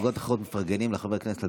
כשמפלגות אחרות מפרגנות לחברי כנסת על